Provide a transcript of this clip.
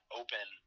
open